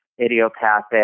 idiopathic